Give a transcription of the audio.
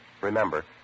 Remember